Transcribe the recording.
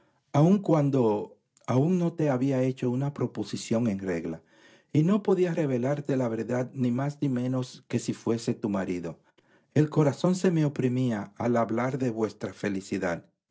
aun cuando aun no te hubiera hecho una proposición en regla y no podía revelarte la verdad ni más ni menos que si fuese tu marido el corazón se me oprimía al hablar de vuestra felicidad